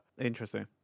Interesting